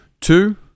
Two